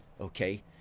Okay